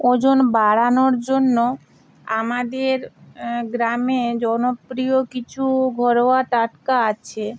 ওজন বাড়ানোর জন্য আমাদের গ্রামে জনপ্রিয় কিছু ঘরোয়া টোটকা আছে